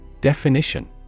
Definition